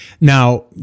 Now